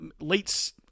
late